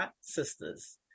Sisters